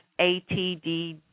atd